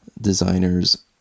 designers